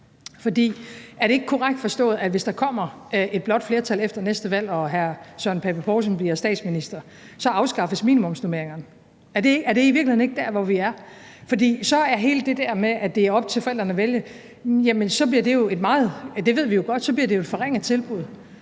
Er det ikke korrekt forstået, at hvis der kommer et blåt flertal efter næste valg og hr. Søren Pape Poulsen bliver statsminister, afskaffes minimumsnormeringerne? Er det i virkeligheden ikke der, hvor vi er? For hele det der med, at det er op til